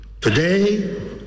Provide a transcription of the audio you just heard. Today